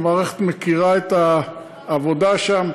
המערכת מכירה את העבודה שם,